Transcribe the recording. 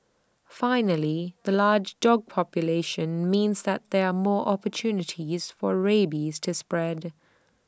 finally the large dog population means that there are more opportunities for rabies to spread